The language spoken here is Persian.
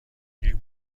این